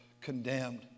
condemned